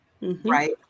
right